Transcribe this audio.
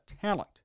talent